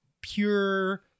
pure